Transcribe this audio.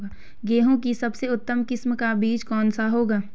गेहूँ की सबसे उत्तम किस्म का बीज कौन सा होगा?